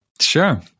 Sure